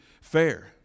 fair